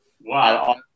Wow